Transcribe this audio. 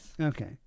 Okay